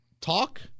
talk